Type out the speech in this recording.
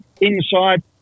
inside